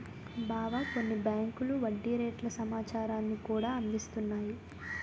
బావా కొన్ని బేంకులు వడ్డీ రేట్ల సమాచారాన్ని కూడా అందిస్తున్నాయి